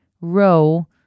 row